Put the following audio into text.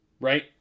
Right